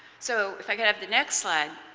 so if i could have the next slide.